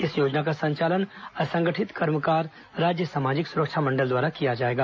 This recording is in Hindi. इस योजना का संचालन असंगठित कर्मकार राज्य सामाजिक सुरक्षा मंडल द्वारा किया जाएगा